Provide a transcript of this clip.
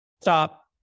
stop